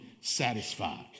satisfied